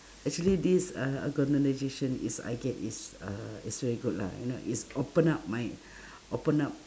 actually this uh organisation is I get is uh is very good lah you know is open up my open up